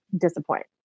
disappoint